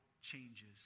changes